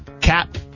cap